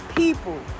people